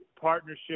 partnership